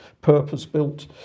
purpose-built